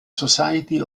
society